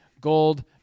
Gold